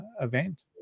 event